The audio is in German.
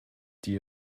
die